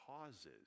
causes